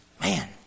Man